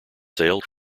sailed